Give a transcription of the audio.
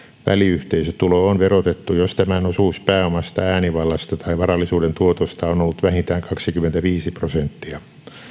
väliyhteisötulo on verotettu jos tämän osuus pääomasta äänivallasta tai varallisuuden tuotosta on on ollut vähintään kaksikymmentäviisi prosenttia